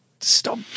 stop